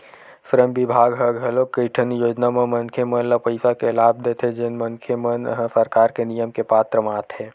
श्रम बिभाग ह घलोक कइठन योजना म मनखे मन ल पइसा के लाभ देथे जेन मनखे मन ह सरकार के नियम के पात्र म आथे